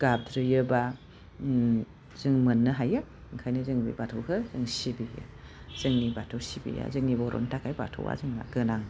गाबज्रियोबा जों मोननो हायो ओंखायनो जों बे बाथौखौ जों सिबियो जोंनि बाथौ सिबिनाया जोंनि बर'नि थाखाय बाथौआ जोंहा गोनां